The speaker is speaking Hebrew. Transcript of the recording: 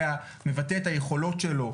מבטא את היכולות שלו.